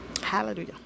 Hallelujah